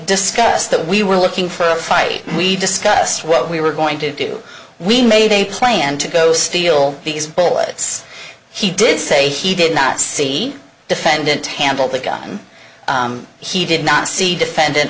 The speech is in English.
discussed that we were looking for a fight we discussed what we were going to do we made a plan to go steal these bullets he did say he did not see defendant handle the gun he did not see defendant